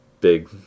big